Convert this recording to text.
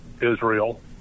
Israel